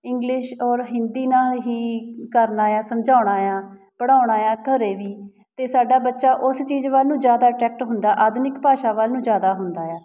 English ਔਰ ਹਿੰਦੀ ਨਾਲ ਹੀ ਕਰਨਾ ਆ ਸਮਝਾਉਣਾ ਆ ਪੜ੍ਹਾਉਣਾ ਆ ਘਰ ਵੀ ਅਤੇ ਸਾਡਾ ਬੱਚਾ ਉਸ ਚੀਜ਼ ਵੱਲ ਨੂੰ ਜ਼ਿਆਦਾ ਅਟਰੈਕਟ ਹੁੰਦਾ ਆਧੁਨਿਕ ਭਾਸ਼ਾ ਵੱਲ ਨੂੰ ਜ਼ਿਆਦਾ ਹੁੰਦਾ ਆ